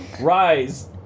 Rise